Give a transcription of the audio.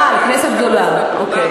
אה, על כנסת הגדולה, אוקיי.